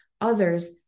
others